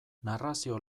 narrazio